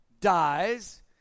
dies